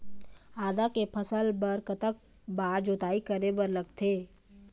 आदा के फसल बर कतक बार जोताई करे बर लगथे?